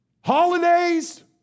Holidays